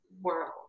world